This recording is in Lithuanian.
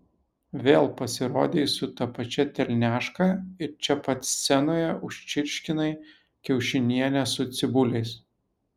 vėl pasirodei su ta pačia telniaška ir čia pat scenoje užčirškinai kiaušinienę su cibuliais